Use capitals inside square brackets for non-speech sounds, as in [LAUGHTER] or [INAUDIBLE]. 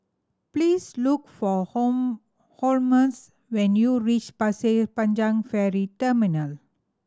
please look for [UNINTELLIGIBLE] Holmes when you reach Pasir Panjang Ferry Terminal